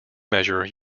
measure